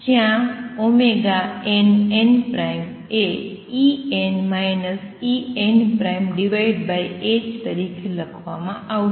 જ્યાં nn એ En En ℏ તરીકે આપવામાં આવે છે